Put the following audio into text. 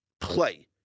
play